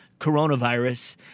coronavirus